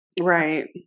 right